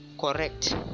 correct